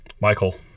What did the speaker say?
Michael